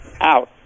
Out